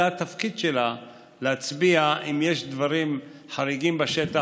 זה התפקיד שלה להצביע אם יש דברים חריגים בשטח